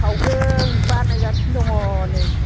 सावदों बानायगासिनो दङ नै